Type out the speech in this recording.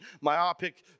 myopic